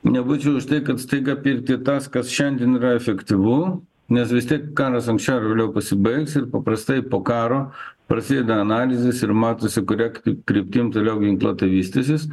nebūčiau už tai kad staiga pirkti tas kas šiandien yra efektyvu nes vis tiek karas anksčiau ar vėliau pasibaigs ir paprastai po karo prasideda analizės ir matosi kuria kryptim toliau ginkluotė vystysis